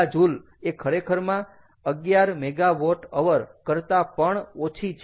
1 GJ એ ખરેખરમાં 11 MWH કરતાં પણ ઓછી છે